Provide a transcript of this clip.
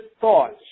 thoughts